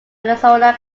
arizona